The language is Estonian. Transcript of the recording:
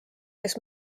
kes